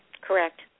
Correct